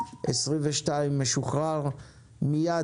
22 משוחרר, מיד